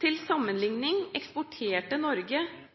Til sammenlikning eksporterte Norge